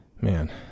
man